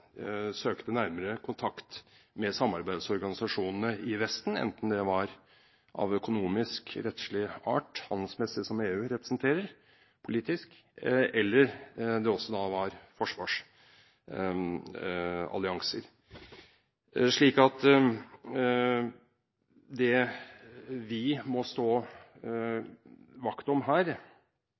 søkte nærmere kontakt med samarbeidsorganisasjonene i Vesten, enten det var av økonomisk, rettslig, politisk, handelsmessig art, som EU representerer, eller det var forsvarsallianser. Det vi må stå vakt om her,